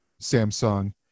Samsung